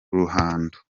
ruhando